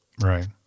Right